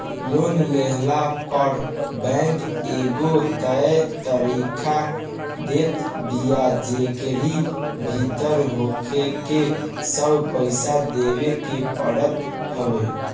loan लेहला पअ bank एगो तय तारीख देत बिया जेकरी भीतर होहके सब पईसा देवे के पड़त हवे